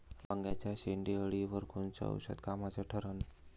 वांग्याच्या शेंडेअळीवर कोनचं औषध कामाचं ठरन?